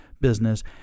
business